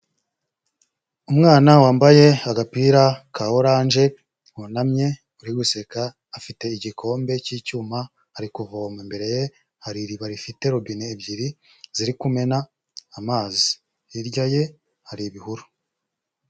Umwana wambaye agapira ka oranje wunamye uri guseka afite igikombe cy'icyuma ari kuvoma, imbere ye hari iriba rifite robine ebyiri ziri kumena amazi, hirya ye hari ibihuru.